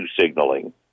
signaling